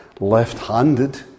left-handed